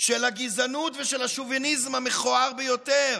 של הגזענות ושל השוביניזם המכוער ביותר,